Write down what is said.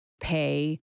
pay